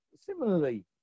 similarly